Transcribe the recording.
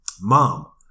Mom